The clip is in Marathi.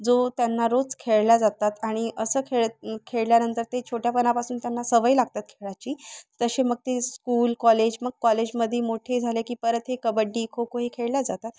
जो त्यांना रोज खेळल्या जातात आणि असं खेळ खेळल्यानंतर ते छोट्यापणापासून त्यांना सवय लागतात खेळाची तसे मग ते स्कूल कॉलेज मग कॉलेजमध्ये मोठे झालं की परत हे कबड्डी खो खो हे खेळल्या जातात